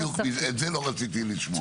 הנה, בדיוק את זה לא רציתי לשמוע.